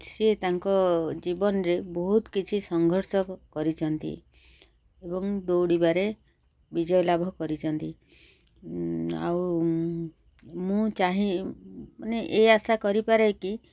ସିଏ ତାଙ୍କ ଜୀବନରେ ବହୁତ କିଛି ସଂଘର୍ଷ କରିଛନ୍ତି ଏବଂ ଦୌଡ଼ିବାରେ ବିଜୟଲାଭ କରିଛନ୍ତି ଆଉ ମୁଁ ଚାହିଁ ମାନେ ଏ ଆଶା କରିପାରେ କି